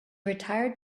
retired